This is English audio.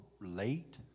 late